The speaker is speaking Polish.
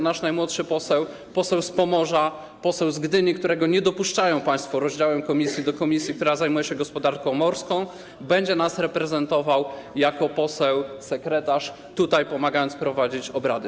Nasz najmłodszy poseł, poseł z Pomorza, poseł z Gdyni, którego nie dopuszczają państwo w rozdziale miejsc w komisjach do komisji, która zajmuje się gospodarką morską, będzie nas reprezentował jako poseł sekretarz, pomagając prowadzić obrady.